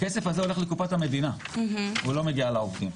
הכסף הזה הולך לקופת המדינה, הוא לא מגיע לעובדים.